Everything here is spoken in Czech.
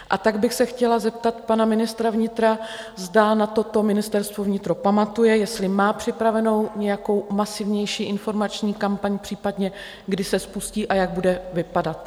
A tak bych se chtěla zeptat pana ministra vnitra, zda na toto Ministerstvo vnitra pamatuje, jestli má připravenou nějakou masivnější informační kampaň, případně kdy se spustí a jak bude vypadat.